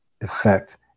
effect